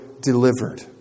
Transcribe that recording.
delivered